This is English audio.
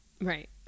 Right